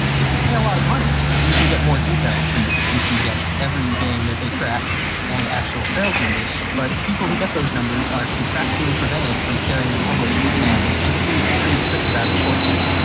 if you pay a lot of money you can get more details than this. you can get every game that they track and actual sales numbers, but people who get those numbers are contractually prevented from sharing them publicly. and npd is pretty strict about enforcing it.